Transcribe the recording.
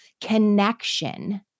connection